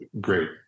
great